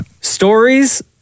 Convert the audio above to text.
Stories